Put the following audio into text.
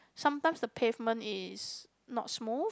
sometimes the pavement is not smooth